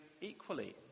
equally